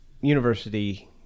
university